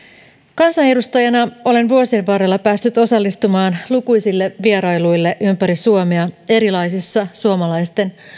kansanedustajana olen vuosien varrella päässyt osallistumaan lukuisiin vierailuihin ympäri suomea erilaisissa suomalaisten